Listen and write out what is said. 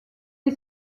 est